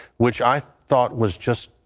which i thought was just,